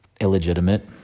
illegitimate